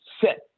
set